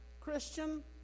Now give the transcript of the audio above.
Christian